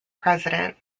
president